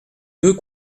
deux